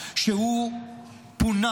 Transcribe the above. הוא פונה,